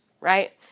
Right